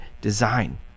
design